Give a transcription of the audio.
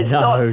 no